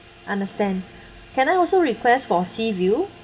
understand can I also request for sea view